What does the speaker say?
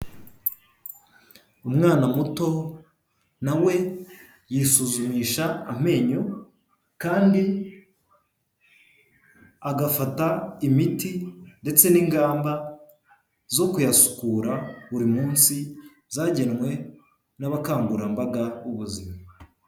Umwana muto na we yisuzumisha amenyo kandi agafata imiti ndetse n'ingamba zo kuyasukura buri munsi, zagenwe n'abakangurambaga b'ubuzima.